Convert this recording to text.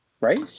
Right